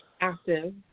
active